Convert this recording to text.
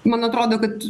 man atrodo kad